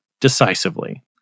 decisively